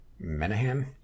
Menahan